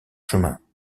chemin